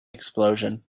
explosion